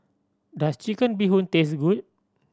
does Chicken Bee Hoon taste good